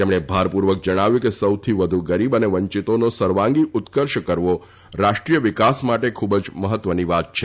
તેમણે ભારપૂર્વક જણાવ્યું હતું કે સૌથી વધુ ગરીબ તથા વંચિતોનો સર્વાંગી ઉત્કર્ષ કરવો રાષ્ટ્રીય વિકાસ માટે ખુબ જ મહત્વની વાત છે